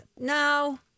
No